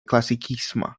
klasikisma